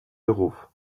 beruf